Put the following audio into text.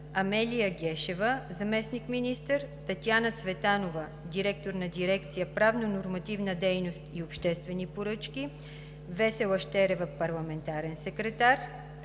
Амелия Гешева – заместник-министър, Татяна Цветанова – директор на дирекция „Правнонормативна дейност и обществени поръчки“, Весела Щерева – парламентарен секретар;